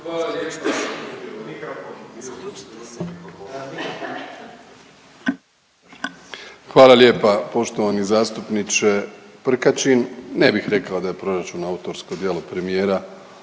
Hvala lijepa poštovani zastupniče Prkačin, ne bih rekao da je proračun autorsko djelo premijera,